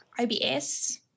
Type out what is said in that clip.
IBS –